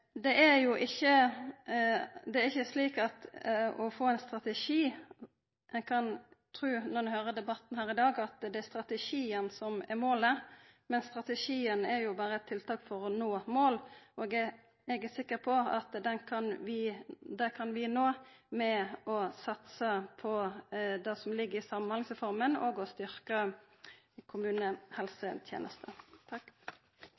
strategien er jo berre eit tiltak for å nå målet. Eg er sikker på at vi kan nå det ved å satsa på det som ligg i Samhandlingsreforma, og ved å